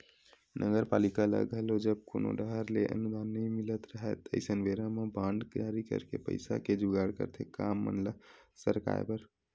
नगरपालिका ल घलो जब कोनो डाहर ले अनुदान नई मिलत राहय अइसन बेरा म बांड जारी करके पइसा के जुगाड़ करथे काम मन ल सरकाय बर